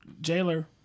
Jailer